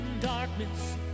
darkness